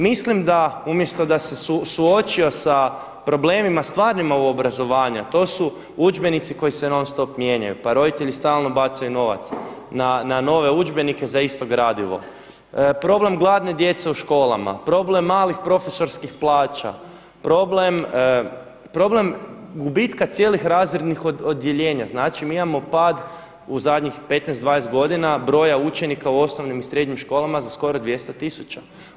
Mislim da umjesto da se suočio sa problemima stvarima u obrazovanju, to su udžbenici koji se non stop mijenjaju pa roditelji stalno bacaju novac na nove udžbenike za isto gradivo, problem gladne djece u školama, problem malih profesorskih plaća, problem gubitka cijelih razrednih odjeljenja, znači mi imamo pad u zadnjih 15, 20 godina broja učenika u osnovnim i srednjim školama za skoro 200 tisuća.